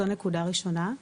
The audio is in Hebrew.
זאת נקודה ראשונה.